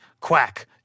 quack